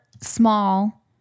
small